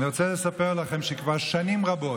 אני רוצה לספר לכם שכבר שנים רבות,